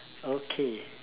okay